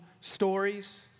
stories